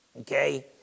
Okay